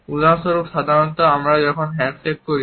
উদাহরণস্বরূপ সাধারণত আমরা যখন হ্যান্ডশেক করি